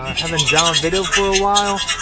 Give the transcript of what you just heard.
haven't done a video for a while,